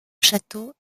château